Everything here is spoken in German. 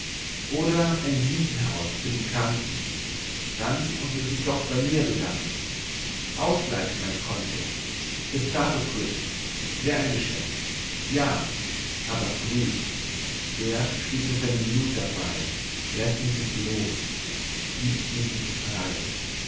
oder ein siechenhaus für die kranken dann muß er sich doch bei mir bedanken ausgleichen mein conto bis dato quitt wär ein geschäft ja aber früd der steht mit seinem blut dabei läßt mich nicht los giebt mich nicht frei